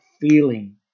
feeling